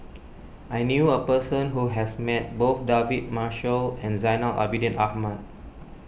I knew a person who has met both David Marshall and Zainal Abidin Ahmad